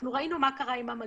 אנחנו ראינו מה קרה עם המגן.